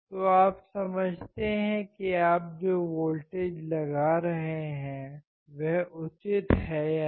तो आप समझते हैं कि आप जो वोल्टेज लगा रहे हैं वह उचित है या नहीं